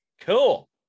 cool